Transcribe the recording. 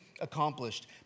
accomplished